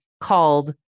called